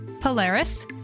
Polaris